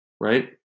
right